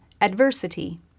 adversity